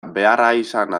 beharrizana